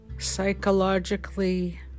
psychologically